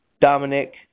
Dominic